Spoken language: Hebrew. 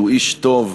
שהוא איש טוב,